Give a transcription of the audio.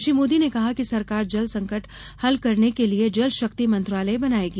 श्री मोदी ने कहा कि सरकार जल संकट हल करने के लिए जल शक्ति मंत्रालय बनाएगी